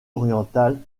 orientale